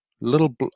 little